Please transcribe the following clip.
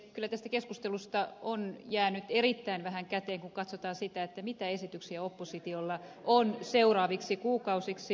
kyllä tästä keskustelusta on jäänyt erittäin vähän käteen kun katsotaan sitä mitä esityksiä oppositiolla on seuraaviksi kuukausiksi